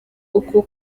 uku